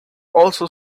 also